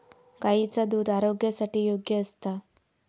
गायीचा दुध आरोग्यासाठी योग्य असता